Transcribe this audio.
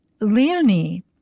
Leonie